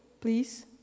please